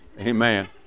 Amen